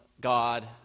God